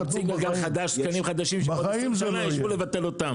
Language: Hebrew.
יציגו תקנים חדשים שבעוד 20 שנים ישבו לבטל אותם.